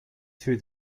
threw